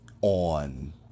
on